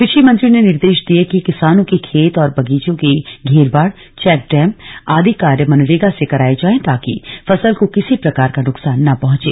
कृषि मंत्री ने निर्देश दिए कि किसानों के खेत और बगीचों की घेरबाड़ चैक डैम आदि कार्य मनरेगा से करायें जाए ताकि फसल को किसी प्रकार का नुकसान न पहुंचे